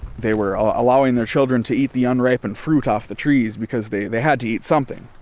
they were allowing their children to eat the unripened fruit off the trees, because they they had to eat something.